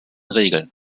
regeln